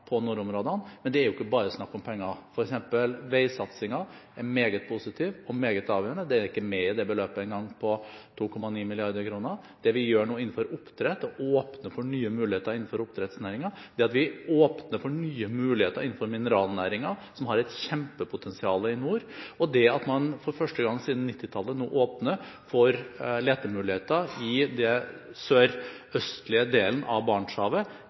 på nordområdene. Men det er jo ikke bare snakk om penger. For eksempel er veisatsingen meget positiv og meget avgjørende. Det er ikke engang med i beløpet på 2,9 mrd. kr. Det vi gjør nå innenfor oppdrett, å åpne for nye muligheter innenfor oppdrettsnæringen, det at vi åpner for nye muligheter innenfor mineralnæringen, som har et kjempepotensial i nord, og det at man for første gang siden 1990-tallet nå åpner for letemuligheter i den sørøstlige delen av Barentshavet,